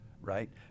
right